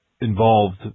involved